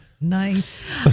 Nice